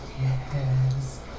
Yes